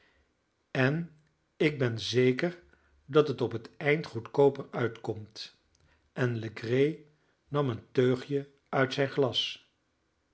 en ik ben zeker dat het op het eind goedkooper uitkomt en legree nam een teugje uit zijn glas